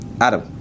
adam